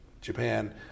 Japan